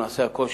נעשה הכול,